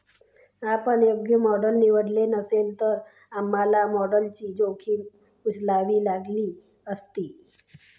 आपण योग्य मॉडेल निवडले नसते, तर आम्हाला मॉडेलची जोखीम उचलावी लागली असती